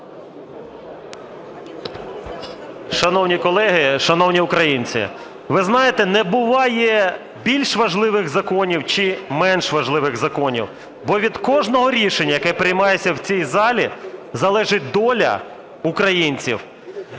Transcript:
Шановні колеги, шановні українці! Ви знаєте, не буває більш важливих законів чи менш важливих законів, бо від кожного рішення, яке приймається в цій залі, залежить доля українців,